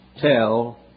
tell